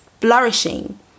flourishing